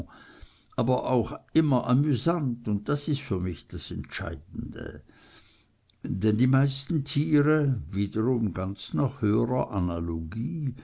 aber auch immer amüsant und das ist für mich das entscheidende denn die meisten tiere wiederum ganz nach höherer analogie